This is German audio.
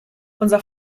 unser